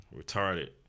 retarded